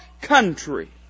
country